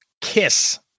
Kiss